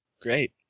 Great